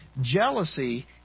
jealousy